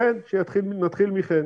חן, נתחיל מחן.